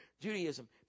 Judaism